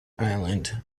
island